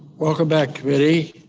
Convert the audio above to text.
welcome back committee.